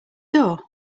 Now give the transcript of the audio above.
door